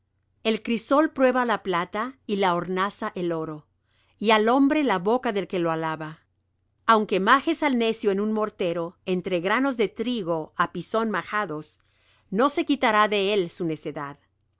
el crisol prueba la plata y la hornaza el oro y al hombre la boca del que lo alaba aunque majes al necio en un mortero entre granos de trigo á pisón majados no se quitará de él su necedad